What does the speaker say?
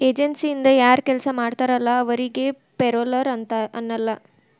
ಏಜನ್ಸಿಯಿಂದ ಯಾರ್ ಕೆಲ್ಸ ಮಾಡ್ತಾರಲ ಅವರಿಗಿ ಪೆರೋಲ್ಲರ್ ಅನ್ನಲ್ಲ